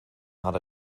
not